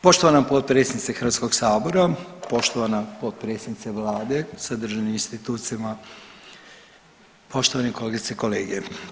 Poštovana potpredsjednice Hrvatskog sabora, poštovana potpredsjednice Vlade sa državnim institucijama, poštovane kolegice i kolege.